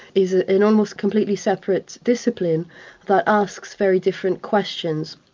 is ah an almost completely separate discipline that asks very different questions.